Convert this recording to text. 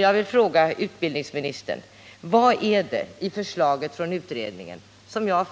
Jag vill fråga jordbruksministern: Vad är det i förslaget från utredningen — som jag